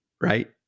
right